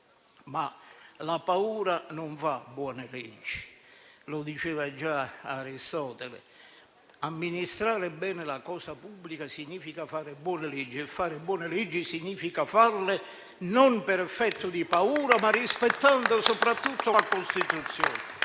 ma la paura non fa buone leggi, come diceva già Aristotele; amministrare bene la cosa pubblica significa fare buone leggi e fare buone leggi significa farle non per effetto della paura, ma rispettando soprattutto la Costituzione.